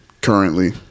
currently